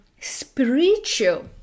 spiritual